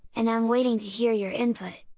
and i'm waiting to hear your input!